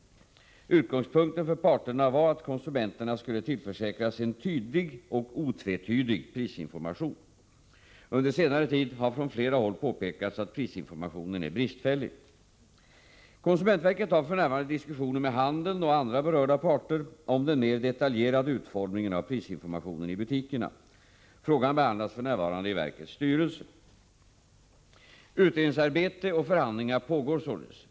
Utgångspunkten för parterna var att konsumenterna skulle tillförsäkras en tydlig och otvetydig prisinformation. Under senare tid har det från flera håll påpekats att prisinformationen är bristfällig. Konsumentverket har f.n. diskussioner med handeln och andra berörda parter om den mer detaljerade utformningen av prisinformationen i butikerna. Frågan behandlas f.n. i verkets styrelse. Utredningsarbete och förhandlingar pågår således.